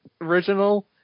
original